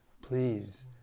please